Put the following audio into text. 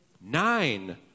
nine